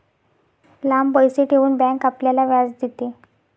लांब पैसे ठेवून बँक आपल्याला व्याज देते